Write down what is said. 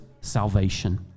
salvation